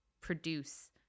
produce